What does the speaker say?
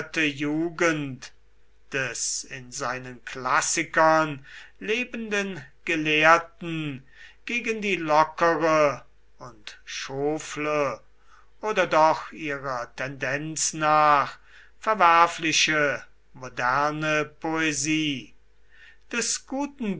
jugend des in seinen klassikern lebenden gelehrten gegen die lockere und schofle oder doch ihrer tendenz nach verwerfliche moderne poesie des guten